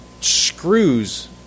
screws